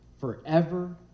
Forever